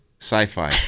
sci-fi